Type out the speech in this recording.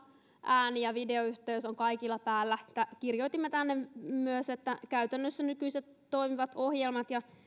ääni ja videoyhteys on kaikilla päällä kirjoitimme tänne myös että käytännössä nykyiset toimivat ohjelmat ja